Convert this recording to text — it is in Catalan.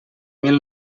mil